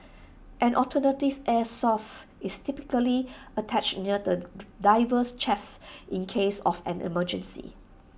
an alternative air source is typically attached near the diver's chest in case of an emergency